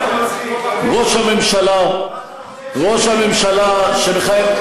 ראש הממשלה שמכהן,